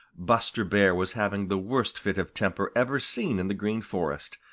buster bear was having the worst fit of temper ever seen in the green forest.